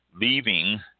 Leaving